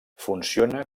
funciona